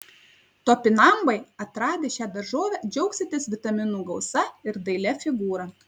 topinambai atradę šią daržovę džiaugsitės vitaminų gausa ir dailia figūra